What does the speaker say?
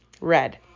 red